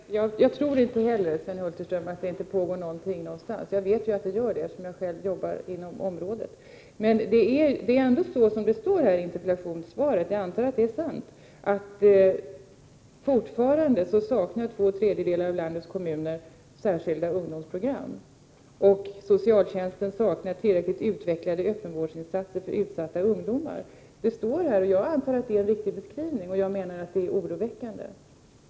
Herr talman! Jag tror inte heller, Sven Hulterström, att det inte pågår någonting någonstans. Jag vet att det gör det, eftersom jag själv arbetar inom området. Men det är ändå så som det står i interpellationssvaret — jag antar att det är sant — att två tredjedelar av landets kommuner fortfarande saknar särskilda ungdomsprogram och att socialtjänsten saknar tillräckligt utvecklade öppenvårdsinsater för utsatta ungdomar. Det står som sagt i interpellationssvaret, och jag antar att det är en riktig beskrivning. Jag menar att det är oroväckande.